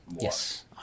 Yes